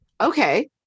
Okay